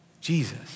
Jesus